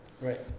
Right